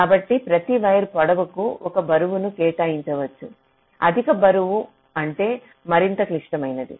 కాబట్టి ప్రతి వైర్ పొడవుకు ఒక బరువును కేటాయించవచ్చు అధిక బరువు అంటే మరింత క్లిష్టమైనది